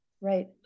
Right